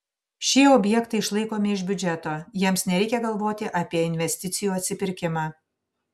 šie objektai išlaikomi iš biudžeto jiems nereikia galvoti apie investicijų atsipirkimą